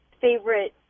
favorite